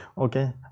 Okay